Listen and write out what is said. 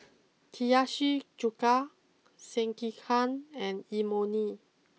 Hiyashi Chuka Sekihan and Imoni